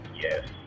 Yes